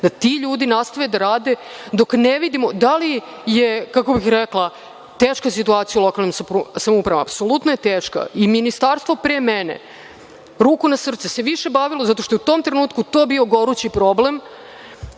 da ti ljudi nastave da rade dok ne vidimo da li je, kako bih rekla, teška je situacija u lokalnim samoupravama, apsolutno je teška i Ministarstvo pre mene, ruku na srce, se više bavilo, zato što je u tom trenutku bio gorući problem,